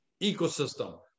ecosystem